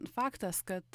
faktas kad